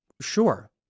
sure